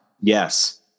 yes